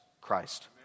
Christ